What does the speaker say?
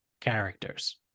characters